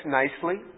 nicely